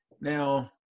Now